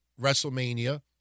WrestleMania